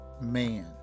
man